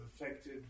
affected